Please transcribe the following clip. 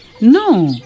No